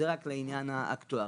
זה רק לעניין האקטוארי.